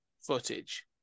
footage